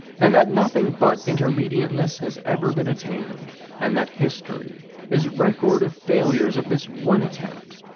and that nothing but intermediateness has ever been attained, and that history is record of failures of this one attempt,